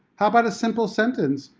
how about a simple sentence,